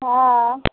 हँ